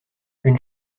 une